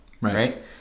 right